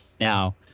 now